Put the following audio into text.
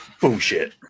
Bullshit